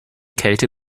kälte